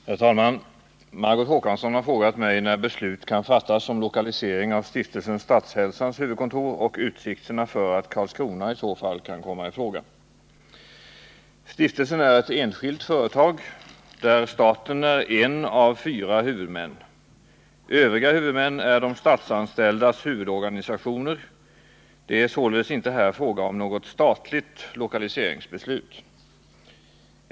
Herr talman! Margot Håkansson har frågat mig när beslut kan fattas om lokalisering av stiftelsen Statshälsans huvudkontor och utsikterna för att Karlskrona i så fall kan komma i fråga. Stiftelsen är ett enskilt företag, där staten är en av fyra huvudmän. Övriga huvudmän är de statsanställdas huvudorganisationer. Det är således inte här fråga om något statligt lokaliseringsbeslut.